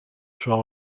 soit